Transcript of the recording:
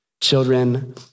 children